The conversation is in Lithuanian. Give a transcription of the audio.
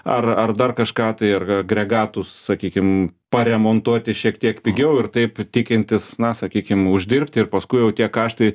ar ar dar kažką tai ar agregatus sakykim paremontuoti šiek tiek pigiau ir taip tikintis na sakykim uždirbti ir paskui jau tie kaštai